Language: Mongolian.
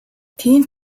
тийм